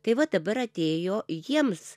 tai va dabar atėjo jiems